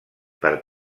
per